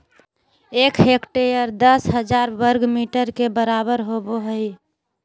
एक हेक्टेयर दस हजार वर्ग मीटर के बराबर होबो हइ